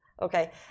Okay